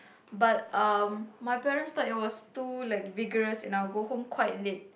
but um my parents thought it was too vigouress and I will go home quite late